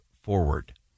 forward